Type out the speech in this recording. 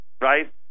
right